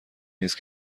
نیست